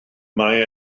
mae